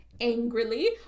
angrily